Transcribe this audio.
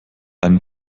einen